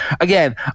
Again